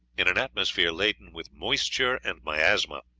in an atmosphere laden with moisture and miasma.